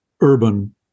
urban